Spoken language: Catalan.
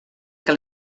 que